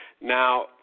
Now